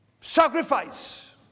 sacrifice